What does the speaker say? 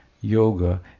yoga